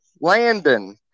Landon